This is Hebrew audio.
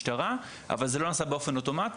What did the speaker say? מהמשטרה; אבל זה לא נעשה באופן אוטומטי,